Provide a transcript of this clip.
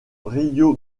río